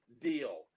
deal